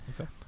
Okay